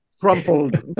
crumpled